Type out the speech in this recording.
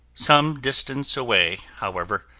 some distance away, however,